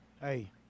hey